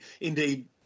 indeed